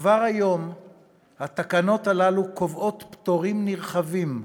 כבר היום התקנות הללו קובעות פטורים נרחבים,